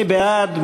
מי בעד?